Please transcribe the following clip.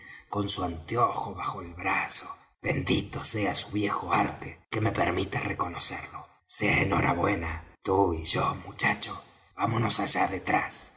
con su anteojo bajo el brazo bendito sea su viejo arte que me permite reconocerlo sea en hora buena tú y yo muchacho vámonos allá detrás